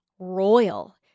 Royal